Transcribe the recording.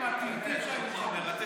חלק מהפיוטים שאני שומר עליהם.